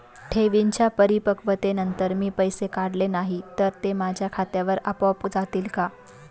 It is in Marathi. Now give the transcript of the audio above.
ठेवींच्या परिपक्वतेनंतर मी पैसे काढले नाही तर ते माझ्या खात्यावर आपोआप जातील का?